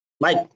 Mike